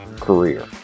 career